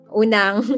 unang